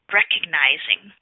recognizing